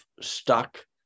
stuck